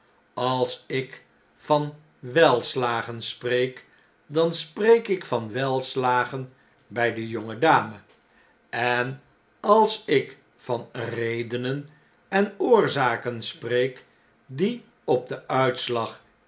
als ik van welslagen spreek dan spreekik van welslagen bjj de jonge dame en als ik van redenen en oorzaken spreek die op den uitslag